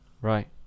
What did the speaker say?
right